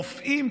רופאים,